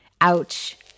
Ouch